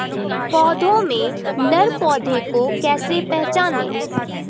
पौधों में नर पौधे को कैसे पहचानें?